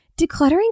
decluttering